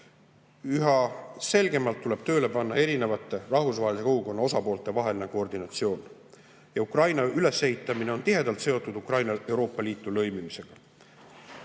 Üha selgemalt tuleb tööle panna erinevate rahvusvahelise kogukonna osapoolte vaheline koordinatsioon. Ja Ukraina ülesehitamine on tihedalt seotud Ukraina Euroopa Liitu